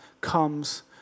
comes